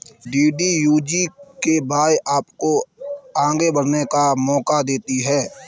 DDU GKY आपको आगे बढ़ने का मौका देती है